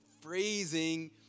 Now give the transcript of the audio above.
freezing